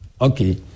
Okay